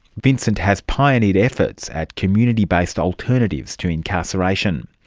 vincent has pioneered efforts at community-based alternatives to incarceration.